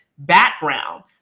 background